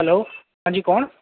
hello હા જી કોણ